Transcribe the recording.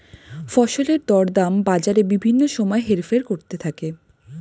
ফসলের দরদাম বাজারে বিভিন্ন সময় হেরফের করতে থাকে